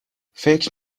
فکر